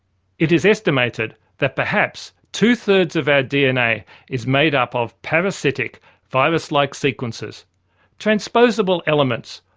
it is estimated that perhaps two-thirds of our dna is made up of parasitic virus-like sequences transposable elements,